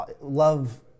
love